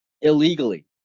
illegally